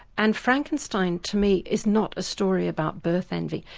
and frankenstein to me is not a story about birth-envy,